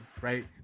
Right